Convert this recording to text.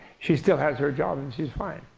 she still has her job and she's fine.